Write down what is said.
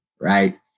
right